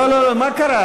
לא, לא, מה קרה?